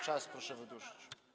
Czas proszę wydłużyć.